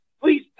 Please